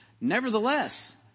Nevertheless